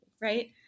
Right